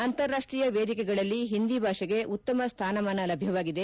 ಅಂತಾರಾಷ್ಟೀಯ ವೇದಿಕೆಗಳಲ್ಲಿ ಒಂದಿ ಭಾಷೆಗೆ ಉತ್ತಮ ಸ್ವಾನಮಾನ ಲಭ್ಯವಾಗಿದೆ